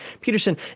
Peterson